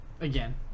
Again